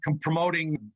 promoting